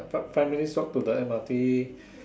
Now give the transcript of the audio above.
five five minutes walk to the M_R_T